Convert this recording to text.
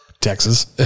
Texas